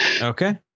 Okay